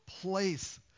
place